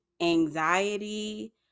anxiety